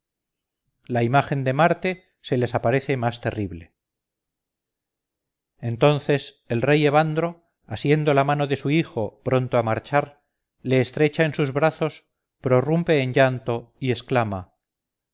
la imagen de marte se les aparece más terrible entonces el rey evandro asiendo la mano de su hijo pronto a marchar le estrecha en sus brazos prorrumpe en llanto y exclama